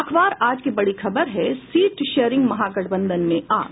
अखबार आज की बड़ी खबर है सीट शेयरिंग महागठबंधन में आग